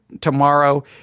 tomorrow